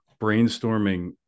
brainstorming